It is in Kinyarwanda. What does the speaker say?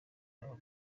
abuba